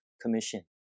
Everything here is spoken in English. commission